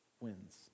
wins